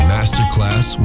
Masterclass